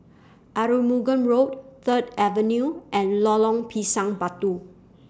Arumugam Road Third Avenue and Lorong Pisang Batu